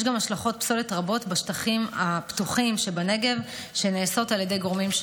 יש גם השלכות פסולת רבות בשטחים הפתוחים בנגב על ידי גורמים,